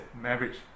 marriage